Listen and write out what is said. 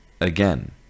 again